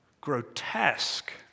grotesque